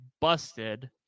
busted